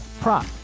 prop